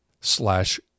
slash